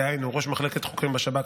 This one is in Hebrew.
דהיינו ראש מחלקת חוקרים בשב"כ,